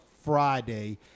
friday